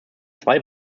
zwei